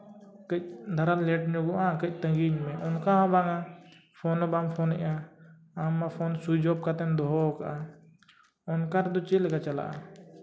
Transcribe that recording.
ᱠᱟᱹᱡ ᱫᱷᱟᱨᱟ ᱞᱮᱴ ᱧᱚᱜᱚᱜᱼᱟ ᱠᱟᱹᱡ ᱛᱟᱹᱜᱤᱧ ᱢᱮ ᱚᱱᱠᱟ ᱦᱚᱸ ᱵᱟᱝᱟ ᱯᱷᱳᱱ ᱦᱚᱸ ᱵᱟᱢ ᱯᱷᱳᱱᱮᱫᱼᱟ ᱟᱢ ᱢᱟ ᱯᱷᱳᱱ ᱥᱩᱭᱤᱪ ᱚᱯᱷ ᱠᱟᱛᱮᱢ ᱫᱚᱦᱚ ᱠᱟᱜᱼᱟ ᱚᱱᱠᱟ ᱛᱮᱫᱚ ᱪᱮᱫ ᱞᱮᱠᱟ ᱪᱟᱞᱟᱜᱼᱟ